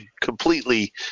completely